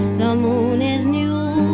the moon is new,